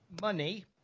money